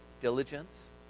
diligence